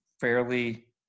fairly